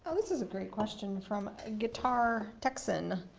um this is a great question from guitar texan.